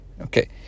Okay